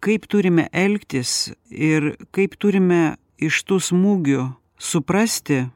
kaip turime elgtis ir kaip turime iš tų smūgių suprasti